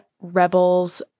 Rebels